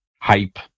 hype